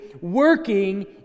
working